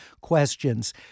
questions